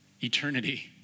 eternity